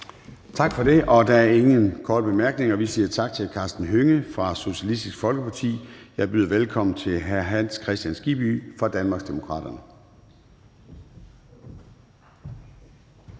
Tak for det, og der er ingen korte bemærkninger. Vi siger tak til hr. Karsten Hønge fra Socialistisk Folkeparti. Jeg byder velkommen til hr. Hans Kristian Skibby fra Danmarksdemokraterne.